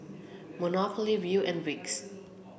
monopoly Viu and Vicks